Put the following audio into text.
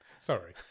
Sorry